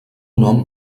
nom